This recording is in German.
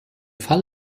fall